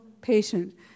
patient